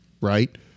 right